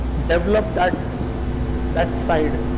develop that that side